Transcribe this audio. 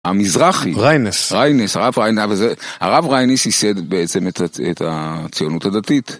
המזרחי. ריינס. ריינס. הרב ריינס, הרב ריינס ייסד בעצם את הציונות הדתית.